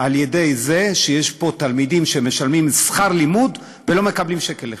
על-ידי זה שיש פה תלמידים שמשלמים שכר לימוד ולא מקבלים שקל אחד.